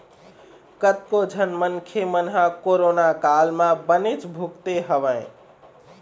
कतको झन मनखे मन ह कोरोना काल म बनेच भुगते हवय